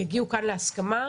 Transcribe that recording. כאן להסכמה,